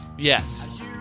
Yes